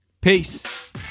Peace